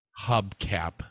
hubcap